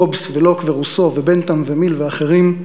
הובס, לוק, רוסו, בנת'ם, מיל ואחרים,